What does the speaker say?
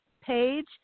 page